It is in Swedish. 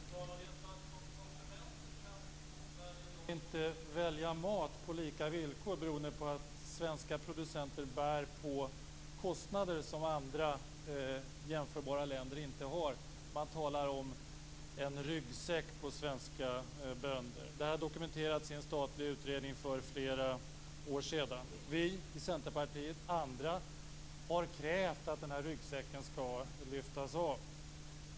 Fru talman! Som konsumenter kan vi i Sverige i dag inte välja mat på lika villkor, beroende på att svenska producenter bär på kostnader som andra jämförbara länder inte har. Man talar om en ryggsäck på svenska bönder. Det här har dokumenterats i en statlig utredning för flera år sedan. Vi i Centerpartiet och andra har krävt att den här ryggsäcken skall lyftas av.